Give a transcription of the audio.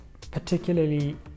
particularly